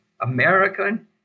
American